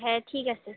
হ্যাঁ ঠিক আছে